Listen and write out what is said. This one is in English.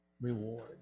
reward